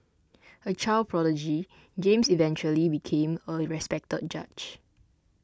a child prodigy James eventually became a respected judge